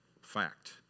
Fact